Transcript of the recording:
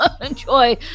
enjoy